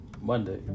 Monday